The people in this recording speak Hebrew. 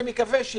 אני מקווה,